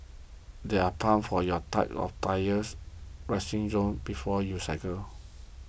there are pumps for your tyres resting zone before you cycle